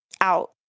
out